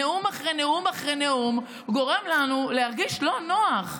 נאום אחרי נאום אחרי נאום גורם לנו להרגיש לא נוח.